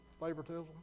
favoritism